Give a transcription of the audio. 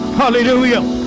hallelujah